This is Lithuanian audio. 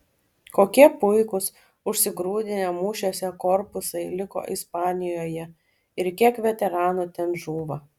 kokie puikūs užsigrūdinę mūšiuose korpusai liko ispanijoje ir kiek veteranų ten žūva